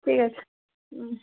ঠিক আছে হুম